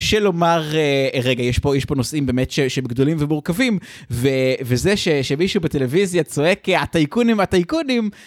לומר, רגע, יש פה נושאים באמת שהם גדולים ומורכבים, וזה שמישהו בטלוויזיה צועק 'הטייקונים, הטייקונים!'